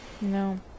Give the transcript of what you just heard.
No